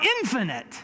infinite